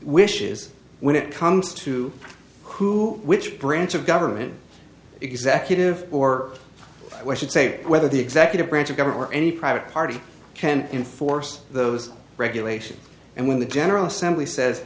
wishes when it comes to who which branch of government executive or where should say whether the executive branch of government or any private party can enforce those regulations and when the general assembly says